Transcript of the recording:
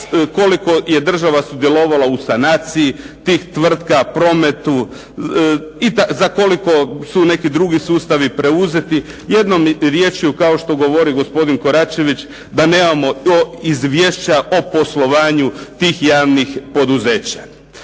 koliko je država sudjelovala u sanaciji tih tvrtka, prometu, za koliko su neki drugi sustavi preuzeti, jednom riječju kao što govori gospodin KOračević da nemamo to izvješća o poslovanju tih javnih poduzeća.